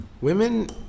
Women